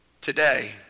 today